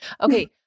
Okay